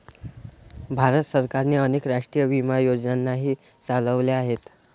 भारत सरकारने अनेक राष्ट्रीय विमा योजनाही चालवल्या आहेत